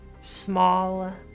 small